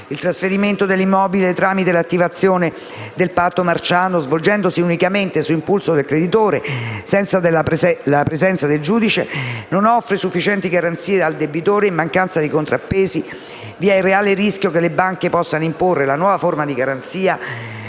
il trasferimento dell'immobile tramite l'attivazione del patto marciano svolgendosi unicamente su impulso del creditore, senza la presenza del giudice non offrono sufficienti garanzie al debitore e in mancanza di contrappesi vi è il reale rischio che le banche possano imporre la nuova forma di garanzia